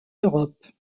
europe